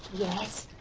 yes?